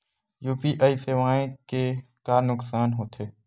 UPI सेवाएं के का नुकसान हो थे?